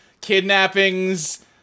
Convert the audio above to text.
kidnappings